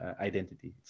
identity